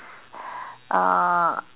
uh